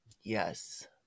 yes